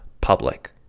public